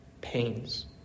pains